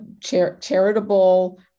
charitable